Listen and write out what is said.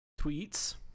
tweets